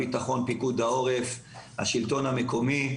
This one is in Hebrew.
פיקוד העורף והשלטון המקומי,